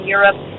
Europe